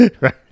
Right